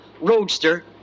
roadster